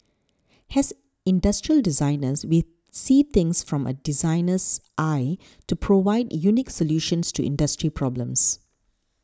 as industrial designers we see things from a designer's eye to provide unique solutions to industry problems